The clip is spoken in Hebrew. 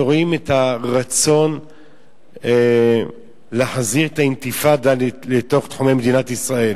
אנחנו רואים את הרצון להחזיר את האינתיפאדה לתוך תחומי מדינת ישראל.